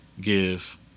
give